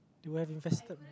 you would have invested